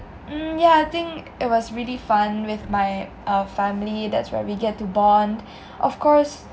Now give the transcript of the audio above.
mm yeah I think it was really fun with my uh family that's where we get to bond of course